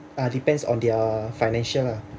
ah depends on their financial lah